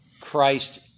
Christ